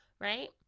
right